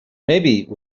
maybe